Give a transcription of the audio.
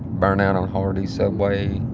burnt out on hardee's, subway,